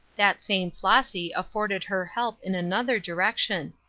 that same flossy afforded her help in another direction.